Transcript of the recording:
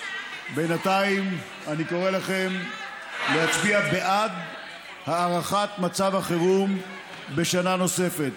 בינתיים אני קורא לכם להצביע בעד הארכת מצב החירום בשנה נוספת.